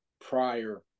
prior